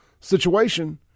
situation